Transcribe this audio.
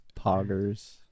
Poggers